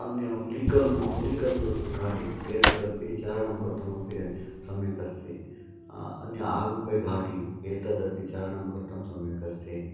अन्यत् हुलिकल् मध्ये हुलिकल् घाटि एतदपि चारणं कर्तुमपि सम्यक् अस्ति अन्यत् आगुम्बे घाटि एतदपि चारणं कर्तुं सम्यक् अस्ति